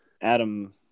Adam